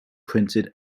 printed